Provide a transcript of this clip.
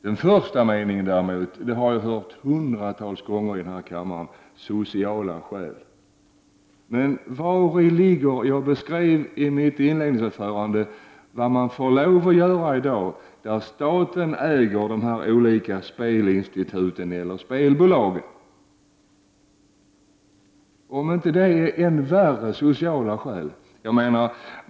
Den första meningen har jag däremot hört hundratals gånger i den här kammaren — dvs. hänvisningen till sociala skäl. Jag beskrev i mitt inledande anförande vad man får lov att göra i dag när staten äger de olika spelinstituten eller spelbolagen. Är det inte fråga om än värre sociala företeelser?